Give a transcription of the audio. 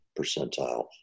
percentile